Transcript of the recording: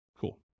Cool